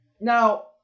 Now